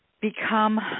become